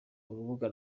urubuga